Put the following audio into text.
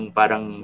parang